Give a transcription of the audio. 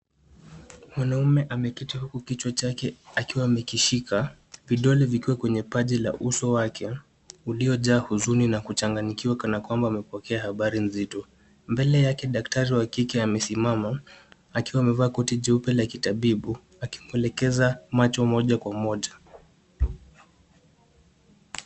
Mwanaume ameketi huku kichwa chake akiwa amekishika, vidole vikiwa kwenye paji la uso wake uliojaa huzuni na kuchanganyikiwa kana kwamba amepokea habari nzito. Mbele yake daktari wa kike amesimama, akiwa amevaa koti jeupe la kitabibu akimwelekeza macho moja kwa moja.